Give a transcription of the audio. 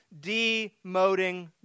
demoting